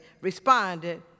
responded